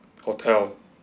hotel